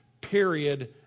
period